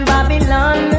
Babylon